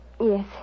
yes